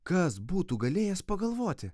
kas būtų galėjęs pagalvoti